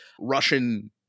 Russian